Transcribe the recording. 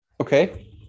Okay